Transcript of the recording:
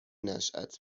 نشات